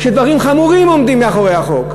דברים חמורים עומדים מאחורי החוק.